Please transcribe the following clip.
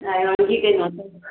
ꯂꯥꯏꯌꯣꯟꯒꯤ ꯀꯩꯅꯣ ꯇꯧꯕꯗ